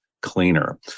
cleaner